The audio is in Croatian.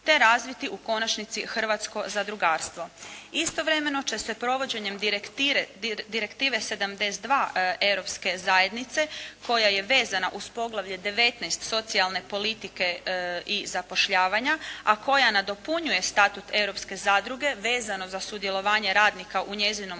te razviti u konačnici hrvatsko zadrugarstvo. Istovremeno će se provođenjem direktive 72 Europske zajednice koja je vezana uz poglavlje 19 – Socijalne politike i zapošljavanja, a koja nadopunjuje Statut europske zadruge vezano za sudjelovanje radnika u njezinom